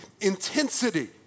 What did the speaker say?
intensity